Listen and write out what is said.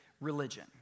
religion